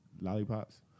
lollipops